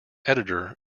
editor